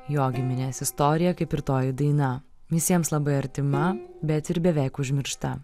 jo giminės istoriją kaip ir toji daina visiems labai artima bet ir beveik užmiršta